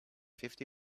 fifty